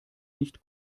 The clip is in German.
nicht